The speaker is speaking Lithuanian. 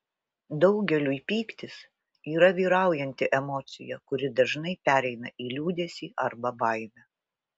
daugeliui pyktis yra vyraujanti emocija kuri dažnai pereina į liūdesį arba baimę